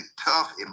tough